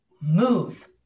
Move